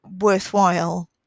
worthwhile